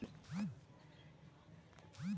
हमारो गांउत किसानक स्थायी कृषिर गुन सीखना चाहिए